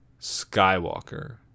Skywalker